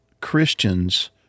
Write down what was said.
Christians